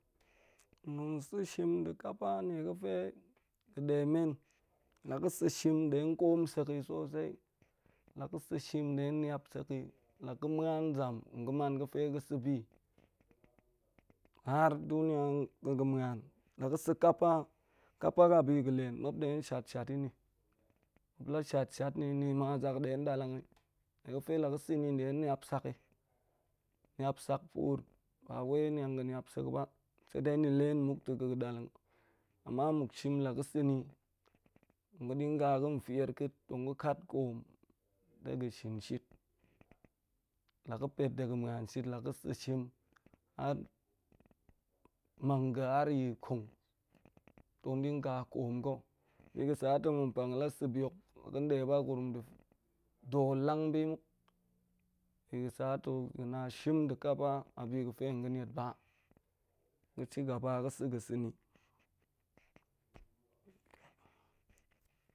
Na̱ sa̱ shem nɗe kapa nie ga̱fe ga̱ ɗe men la ga̱ sa̱ shem ɗe koom sek yi sosai, la ga̱ sa̱ shem ɗe niap sek yi la ga̱ muan zam, nga̱ man ga̱pe ga̱ sa̱ bi har duniya ga̱ ga̱ muap la ga̱ sa̱ kapa, kapa a bi ga̱ len muap ɗe shaf-shaf ta̱ ni, muap la shaf-shaf ni ni ma zak ɗe da̱lang yi, nie ga̱fe la ga̱ sa̱ ni ɗe niap sak ƙa̱ niap sak puur ba wai niang ga̱ niap sek ba sadai ni len muk ta̱ ga̱ delung yi. Ama muk shem la ga̱ sa̱ ni nga̱ dinga fier ƙa̱t tong ga̱ kat koom ɗe ga̱n shin shit. La ga̱ pet, ɗe ga̱n muan shit laga̱ sa̱ shem har mang ga̱ har yi kong dong dinga koom ga̱, abi ga̱ sa ma̱nipan la sa̱ bi hok, ga̱n ɗe ba gurum do̱o̱l lang bi muk, bi ga̱ sa to, ga̱ na shem nɗe kapa a bi ga̱fe ga̱ niet ba, ga̱ shigaba ga̱ sa̱ ga̱ sa̱ ni